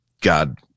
God